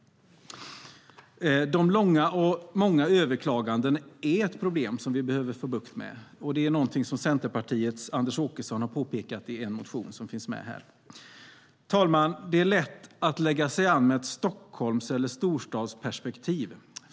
De långa och många överklagandena är ett problem som vi behöver få bukt med, något som Centerpartiets Anders Åkesson påpekar i en motion som behandlas i detta betänkande. Herr talman! Det är lätt att lägga sig an med ett Stockholms eller storstadsperspektiv.